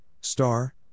star